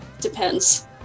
Depends